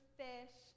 fish